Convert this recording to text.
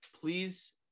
Please